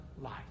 life